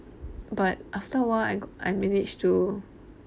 but after a while I got I managed to